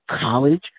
college